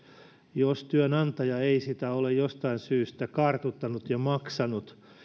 jos työnantaja ei sitä ole jostain syystä kartuttanut ja maksanut